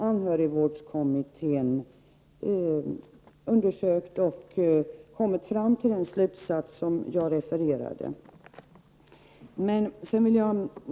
Anhörigvårdskommittén har undersökt detta och kommit fram till den slutsats som jag refererade.